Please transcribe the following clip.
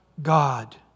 God